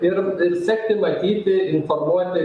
ir taip sekti matyti informuoti